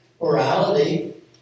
Morality